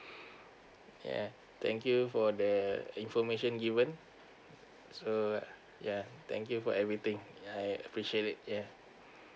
yeah thank you for the uh information given so yeah thank you for everything I appreciate it ya